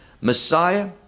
Messiah